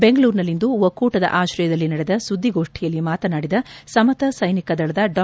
ಬೆಂಗಳೂರಿನಲ್ಲಿಂದು ಒಕ್ಕೂಟದ ಆಶ್ರಯದಲ್ಲಿ ನಡೆದ ಸುದ್ದಿಗೋಷ್ಷಿಯಲ್ಲಿ ಮಾತನಾಡಿದ ಸಮತ ಸೈನಿಕ ದಳದ ಡಾ